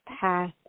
path